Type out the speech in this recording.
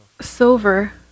silver